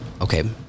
okay